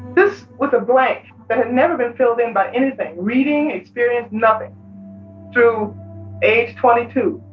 this was a blank that had never been filled in by anything reading, experience, nothing through age twenty two,